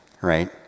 right